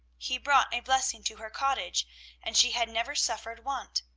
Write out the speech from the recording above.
he brought a blessing to her cottage and she had never suffered want.